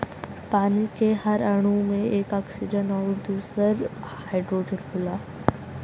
पानी के हर अणु में एक ऑक्सीजन आउर दूसर हाईड्रोजन होला